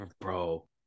bro